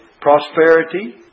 prosperity